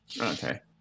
Okay